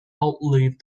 outlive